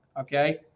Okay